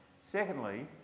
Secondly